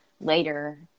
later